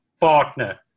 partner